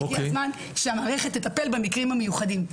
והגיע הזמן שהמערכת תטפל במקרים המיוחדים.